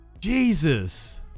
Jesus